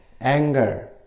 anger